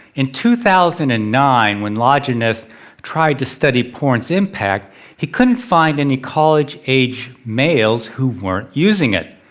in two thousand and nine, when lajeunesse tried to study porn' s impact he couldn't find any college age males who weren't using it.